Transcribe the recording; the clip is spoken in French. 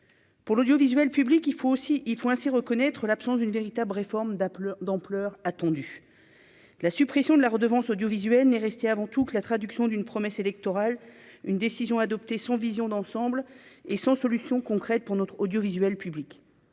pour l'audiovisuel public, il faut aussi, il faut ainsi reconnaître l'absence d'une véritable réforme d'Apple d'ampleur attendue, la suppression de la redevance audiovisuelle est resté avant tout que la traduction d'une promesse électorale, une décision adoptée sans vision d'ensemble et sans solution concrète pour notre audiovisuel public,